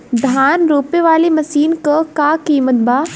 धान रोपे वाली मशीन क का कीमत बा?